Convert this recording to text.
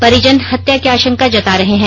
परिजन हत्या की आशंका जता रहे हैं